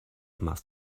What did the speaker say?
must